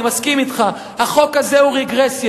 אני מסכים אתך, החוק הזה הוא רגרסיה.